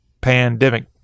pandemic